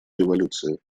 революции